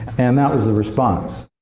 and that was the response.